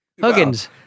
Huggins